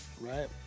Right